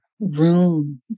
room